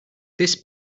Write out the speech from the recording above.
this